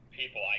people